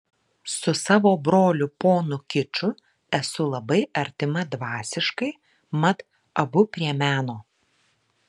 su savo broliu ponu kiču esu labai artima dvasiškai mat abu prie meno